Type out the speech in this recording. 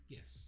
Yes